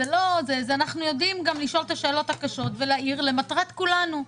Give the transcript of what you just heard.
אנחנו יודעים גם לשאול את השאלות הקשות ולהעיר למטרת כולנו.